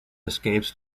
escapes